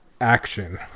action